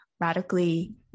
radically